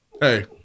Hey